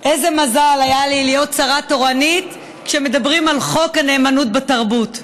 איזה מזל היה לי להיות שרה תורנית כשמדברים על חוק הנאמנות בתרבות.